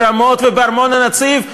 ברמות ובארמון-הנציב,